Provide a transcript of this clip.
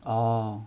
orh